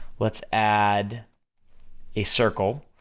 let's add a circle,